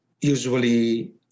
usually